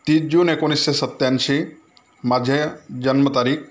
तीस जून एकोणीसशे सत्त्याऐंशी माझ्या जन्मतारीख